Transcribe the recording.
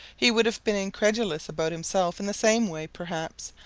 he would have been incredulous about himself in the same way, perhaps,